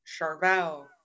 Charvel